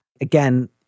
Again